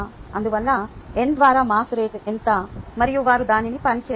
అందువల్ల n ద్వారా mass rate ఎంత మరియు వారు దానిని పని చేస్తారు